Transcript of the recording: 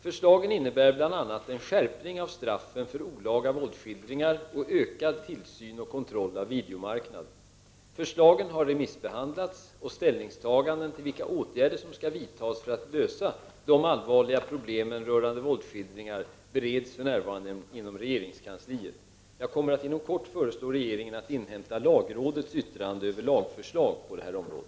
Förslagen innebär bl.a. en skärpning av straffen för olaga våldsskildringar och ökad tillsyn och kontroll av videomarknaden. Förslagen har remissbehandlats, och ställningstaganden till vilka åtgärder som skall vidtas för att lösa de allvarliga problemen rörande våldsskildringar bereds för närvarande inom regeringskansliet. Jag avser att inom kort föreslå regeringen att inhämta lagrådets yttrande över lagförslag på detta område.